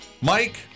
Mike